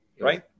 right